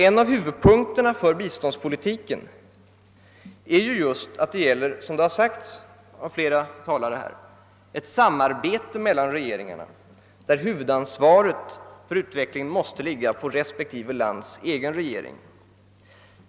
En av huvudpunkterna för biståndspolitiken är nämligen att det, såsom framhållits av flera talare i debatten, gäller ett samarbete mellan regeringarna, där huvudansvaret för utvecklingen måste ligga på respektive lands egen regering.